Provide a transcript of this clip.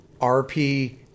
RP